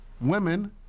women